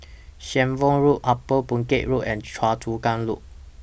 Shenvood Road Upper Boon Keng Road and Choa Chu Kang Loop